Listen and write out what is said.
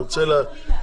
אני רוצה שתביני,